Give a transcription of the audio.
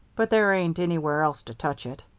but there ain't anywhere else to touch it.